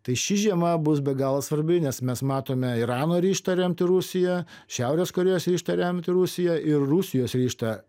tai ši žiema bus be galo svarbi nes mes matome irano ryžtą remti rusiją šiaurės korėjosryžtą remti rusiją ir rusijos ryžtą